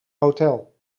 hotel